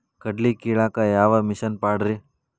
ಕಡ್ಲಿ ಕೇಳಾಕ ಯಾವ ಮಿಷನ್ ಪಾಡ್ರಿ?